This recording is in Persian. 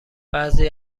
بعضی